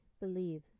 believe